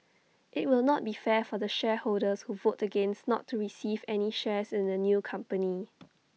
IT will not be fair for the shareholders who vote against not to receive any shares in the new company